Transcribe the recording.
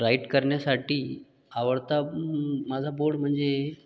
right करण्यासाठी आवडता माझा बोर्ड म्हणजे